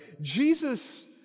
Jesus